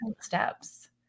steps